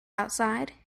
outside